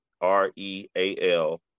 R-E-A-L